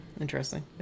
Interesting